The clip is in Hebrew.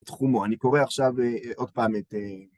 תחומו. אני קורא עכשיו עוד פעם את...